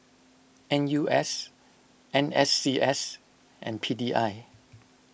N U S N S C S and P D I